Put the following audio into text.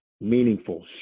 meaningful